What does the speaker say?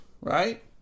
right